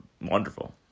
wonderful